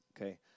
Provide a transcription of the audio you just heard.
okay